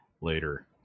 later